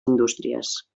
indústries